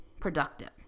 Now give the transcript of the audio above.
productive